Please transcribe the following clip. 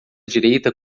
direita